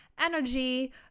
energy